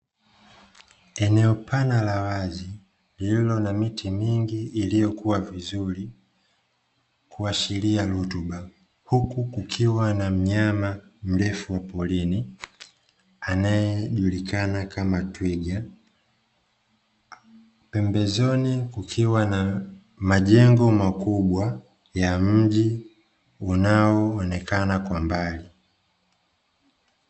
Eneo pana la wazi, lililo na miti mingi iliyokua vizuri kuashiria rutuba, huku kukiwa na mnyama mrefu wa porini anayejulikana kama twiga. Pembezoni kukiwa na majengo makubwa ya mji unaoonekana kwa mbali.